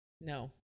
No